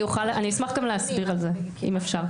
אשמח גם להסביר על זה אם אפשר.